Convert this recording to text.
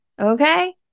okay